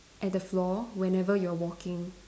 at the floor whenever you're walking